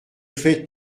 fais